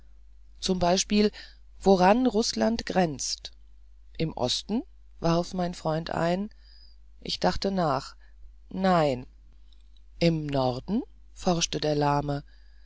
zum beispiel woran rußland grenzt im osten warf mein freund ein ich dachte nach nein im norden forschte der lahme